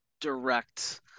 direct